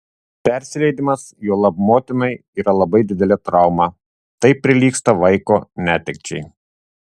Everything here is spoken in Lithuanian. persileidimas juolab motinai yra labai didelė trauma tai prilygsta vaiko netekčiai